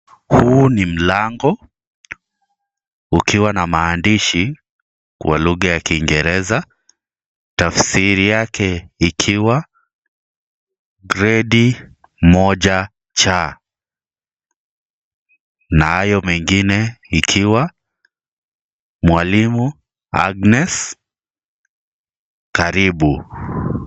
Huu ni mlango, ukiwa na maandishi, kwa lugha ya kiingereza. Tafsiri yake ikiwa, gradi 1 C na hayo mengine ikiwa, mwalimu Agnes, karibu.